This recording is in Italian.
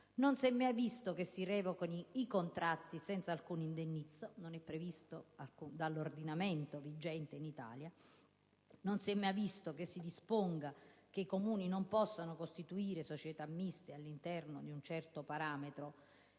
Non si è mai visto che si revochino i contratti senza alcun indennizzo, perché ciò non è previsto dall'ordinamento vigente in Italia. Non si è mai visto che si disponga che i Comuni non possano costituire società miste all'interno di un certo parametro.